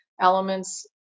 elements